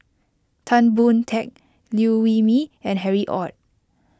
Tan Boon Teik Liew Wee Mee and Harry Ord